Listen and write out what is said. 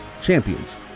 champions